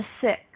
six